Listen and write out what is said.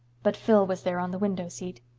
but phil was there on the window seat.